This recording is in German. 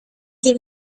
die